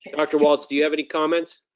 and dr. walts, do you have any comments?